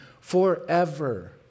forever